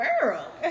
girl